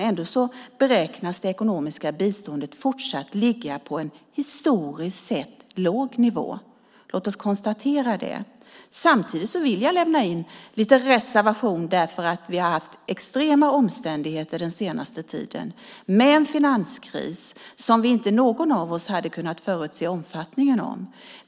Ändå beräknas det ekonomiska biståndet fortsatt ligga på en historiskt sett låg nivå. Låt oss konstatera det. Samtidigt vill jag lämna en liten reservation. Vi har haft extrema omständigheter den senaste tiden med en finanskris som inte någon av oss hade kunnat förutse omfattningen av.